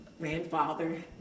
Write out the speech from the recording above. grandfather